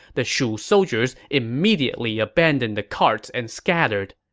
the shu soldiers immediately abandoned the carts and scattered.